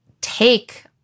take